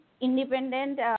independent